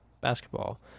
basketball